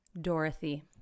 Dorothy